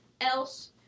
else